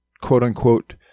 quote-unquote